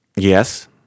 Yes